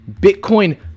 Bitcoin